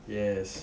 yes